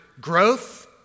growth